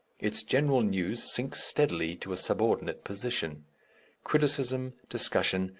its general news sinks steadily to a subordinate position criticism, discussion,